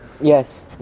Yes